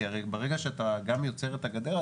כי הרי ברגע שאתה גם יוצר את הגדר,